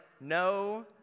no